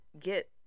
get